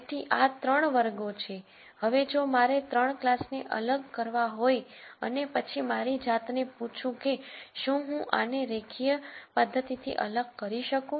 તેથી આ 3 વર્ગો છે હવે જો મારે આ 3 ક્લાસ ને અલગ કરવા હોય અને પછી મારી જાતને પૂછું કે શું હું આને રેખીય પદ્ધતિથી અલગ કરી શકું